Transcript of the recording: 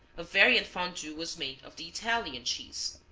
a variant fondue was made of the italian cheese.